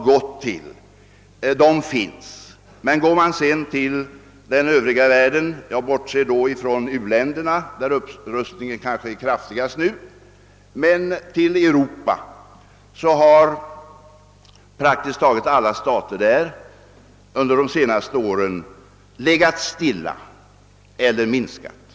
Men i praktiskt taget alla övriga länder — jag bortser från u-länderna, där upprustningen kanske är kraftigast nu, och håller mig till Europa — har försvarsutgifterna under de senaste åren legat stilla eller minskat.